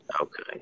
Okay